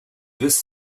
this